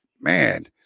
man